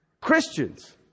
Christians